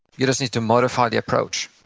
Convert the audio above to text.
you just need to modify the approach.